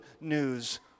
news